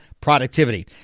productivity